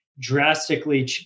drastically